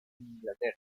inglaterra